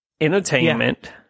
Entertainment